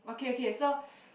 okay okay so